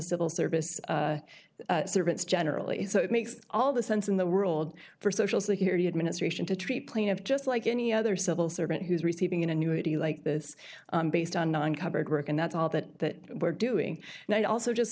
civil service servants generally so it makes all the sense in the world for social security administration to treat plane of just like any other civil servant who's receiving an annuity like this based on uncovered work and that's all that we're doing and i also just